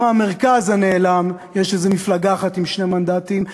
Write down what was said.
גם במרכז הנעלם יש איזו מפלגה אחת עם שני מנדטים,